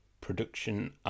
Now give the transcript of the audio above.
Production